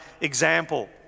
example